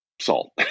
salt